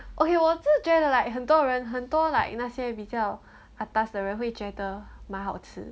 okay 我只是觉得 like 很多人很多 like 那些比较 atas 的人会觉得蛮好吃